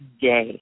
day